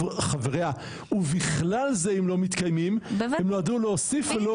חבריה ובכלל זה אם לא מתקיימים' הם נועדו להוסיף ולא להגדיר.